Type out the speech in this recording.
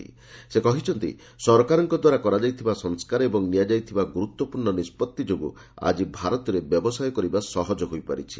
ପ୍ରଧାନମନ୍ତ୍ରୀ କହିଛନ୍ତି ସରକାରଙ୍କଦ୍ୱାରା କରାଯାଇଥିବା ସଂସ୍କାର ଓ ନିଆଯାଇଥିବା ଗୁରୁତ୍ୱପୂର୍ଣ୍ଣ ନିଷ୍ପଭି ଯୋଗୁଁ ଆଜି ଭାରତରେ ବ୍ୟବସାୟ କରିବା ସହଜ ହୋଇପାରିଛି